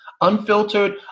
unfiltered